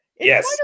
Yes